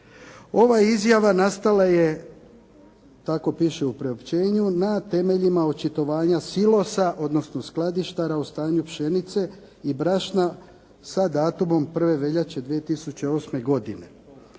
Ova izjava nastala je, tako piše u priopćenju, na temeljima očitovanja silosa, odnosno skladištara o stanju pšenice i brašna sa datumom 1. veljače 2008. godine.,